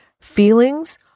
Feelings